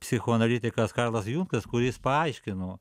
psichoanalitikas karlas jungas kuris paaiškino